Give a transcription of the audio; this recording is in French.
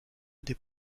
des